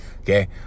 okay